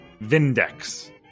Vindex